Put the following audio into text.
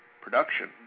production